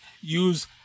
use